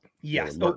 Yes